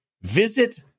Visit